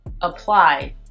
apply